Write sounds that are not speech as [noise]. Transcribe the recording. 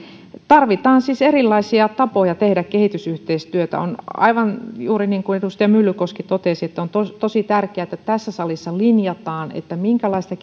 tarvitaan siis erilaisia tapoja tehdä kehitysyhteistyötä on juuri niin kuin edustaja myllykoski totesi että on tosi tärkeää että tässä salissa linjataan minkälaista [unintelligible]